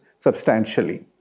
substantially